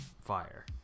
fire